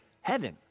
heaven